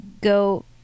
go